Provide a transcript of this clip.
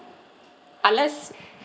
unless